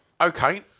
Okay